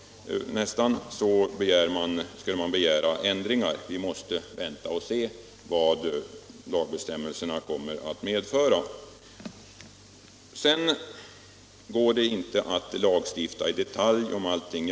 Vi måste vänta och se vad lagbestämmelserna kommer att medföra. Det går inte att lagstifta i detalj om allting.